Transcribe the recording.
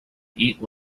eat